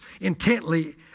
intently